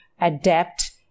adapt